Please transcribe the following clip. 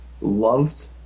loved